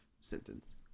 sentence